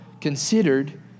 considered